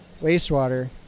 wastewater